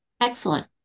Excellent